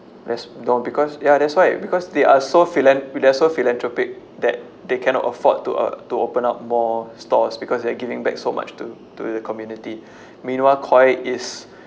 there's no because ya that's why because they are so philan~ they are so philanthropic that they cannot afford to uh to open up more stores because they are giving back so much to to the community meanwhile Koi is